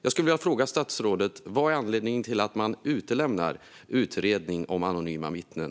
Jag skulle vilja fråga statsrådet: Vad är anledningen till att man utelämnar utredning om anonyma vittnen?